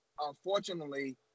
Unfortunately